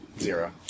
zero